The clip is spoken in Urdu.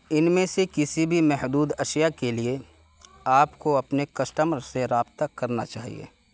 ان میں سے کسی بھی محدود اشیاء کے لیے آپ کو اپنے کسٹمر سے رابطہ کرنا چاہیے